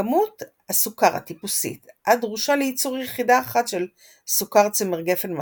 כמות הסוכר הטיפוסית הדרושה ליצור יחידה אחת של סוכר צמר גפן מתוק,